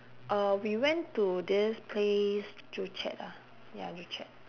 uh we went to this place joo chiat ah ya joo chiat